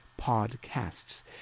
podcasts